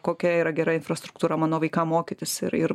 kokia yra gera infrastruktūra mano vaikam mokytis ir ir